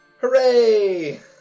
Hooray